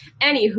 Anywho